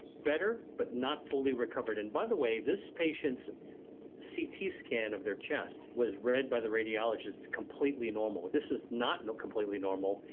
better, but not fully recovered. and, by the way, this patient's c t. scan of their chest was read by the radiologist completely normal. this is not not completely normal.